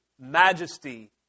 majesty